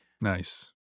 Nice